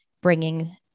bringing